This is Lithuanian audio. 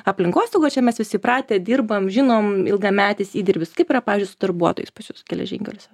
aplinkosaugoj čia mes visi įpratę dirbam žinom ilgametis įdirbis kaip pavyzdžiui su darbuotojais pas jus geležinkeliuose